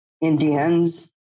Indians